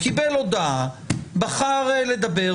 קיבל הודעה ובחר לדבר.